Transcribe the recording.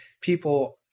People